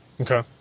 Okay